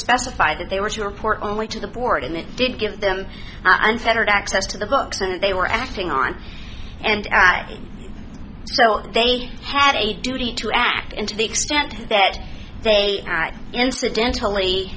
specify that they were to report only to the board and it did give them unfettered access to the books and they were acting on and so they had a duty to act and to the extent that they incidentally